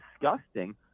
disgusting